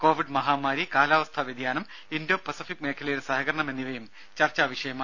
Covid മഹാമാരി കാലാവസ്ഥാ വ്യതിയാനം ഇൻഡോ പസഫിക് മേഖലയിലെ സഹകരണം എന്നിവയും ചർച്ചാ വിഷയമായി